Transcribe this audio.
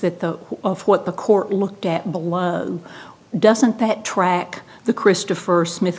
that the of what the court looked at doesn't track the christopher smith